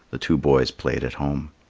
the two boys played at home.